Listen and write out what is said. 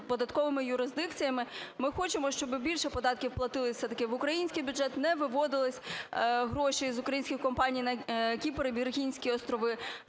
низькоподатковими юрисдикціями. Ми хочемо, щоби більше податків платили все-таки в український бюджет, не виводились гроші з українських компаній на Кіпр і Віргінські острови.